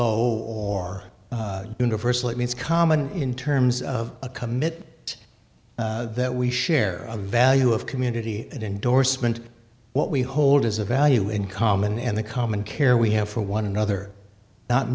oh or universal it means common in terms of a commit that we share a value of community and endorsement what we hold as a value in common and the common care we have for one another not